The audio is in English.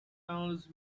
unless